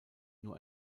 nur